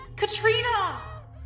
Katrina